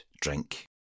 drink